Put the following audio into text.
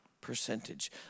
percentage